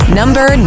number